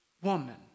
woman